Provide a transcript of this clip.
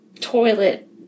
toilet